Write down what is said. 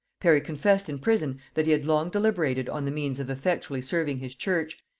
parry confessed in prison that he had long deliberated on the means of effectually serving his church,